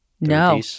No